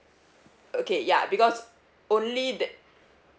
okay ya because only that